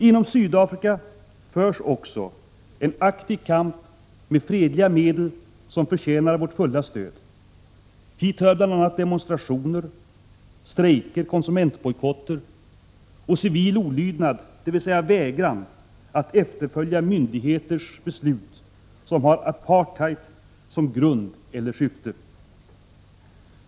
Inom Sydafrika förs också en aktiv kamp med fredliga medel som förtjänar vårt fulla stöd. Hit hör bl.a. demonstrationer, strejker, konsumentbojkotter och civil olydnad, dvs. vägran att efterfölja myndigheters beslut som har apartheid som grund eller som syfte.